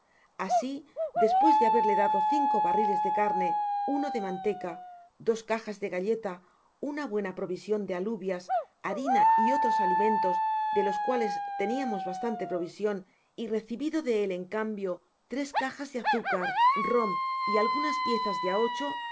asi despues de haberle dado cinco barriles de carne uno de manteca dos cajas de galleta una buena provisión de aluvias harina y otros alimentos de los cuales teniamos bástante provision fy recibido de él eu cambio tres cajas de azúcar rom y algunas piezas de á ocho